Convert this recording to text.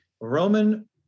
Roman